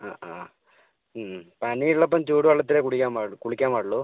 ആ ആ പനി ഉള്ളപ്പോൾ ചൂട് വെള്ളത്തിലേ കുടിക്കാൻ കുളിക്കാൻ പാടുള്ളൂ